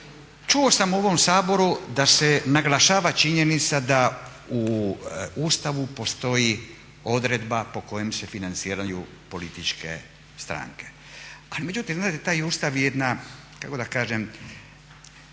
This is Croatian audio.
Čuo sam u ovom saboru da se naglašava činjenica da u Ustavu postoji odredba po kojoj se financiraju političke stranke, ali međutim znate taj Ustav je jedna kako da kažem